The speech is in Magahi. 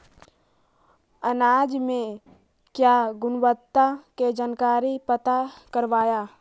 अनाज मे क्या गुणवत्ता के जानकारी पता करबाय?